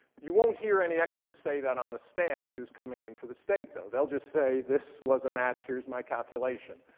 you won't hear any experts say that on the stand who's coming in for the state, though. they'll just say this was a match. here's my calculation.